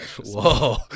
Whoa